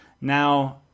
Now